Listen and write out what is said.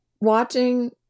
watching